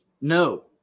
No